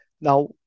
Now